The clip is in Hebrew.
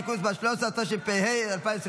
(תיקון מס' 13), התשפ"ה 2024,